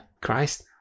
Christ